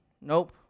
nope